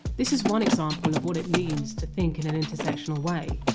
this is one example of what it means to think in an intersectional way.